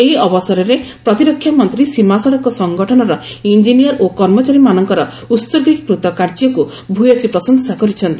ଏହି ଅବସରରେ ପ୍ରତିରକ୍ଷାମନ୍ତ୍ରୀ ସୀମା ସଡ଼କ ସଂଗଠନର ଇଂକିନିୟର ଓ କର୍ମଚାରୀମାନଙ୍କର ଉସର୍ଗୀକୃତ କାର୍ଯ୍ୟକୁ ଭୟସୀ ପ୍ରଶଂସା କରିଛନ୍ତି